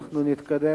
אנחנו נתקדם.